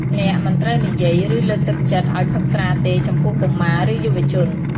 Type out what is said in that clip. អ្នកមិនត្រូវនិយាយ ឬលើកទឹកចិត្តឲ្យផឹកស្រាទេចំពោះ កុមារ ឬយុវជន។